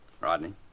Rodney